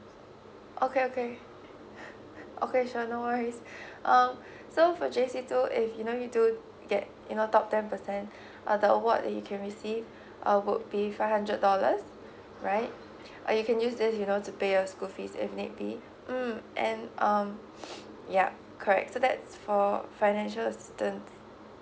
okay okay okay sure no worries um so for J_C too if you know you do get you know top ten percent uh the award that you can receive uh would be five hundred dollars right or you can use this you know to pay your school fees if need be mm and um yeah correct so that's for financial assistance